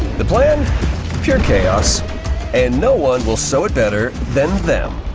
the plan pure chaos and no one will sow it better than them.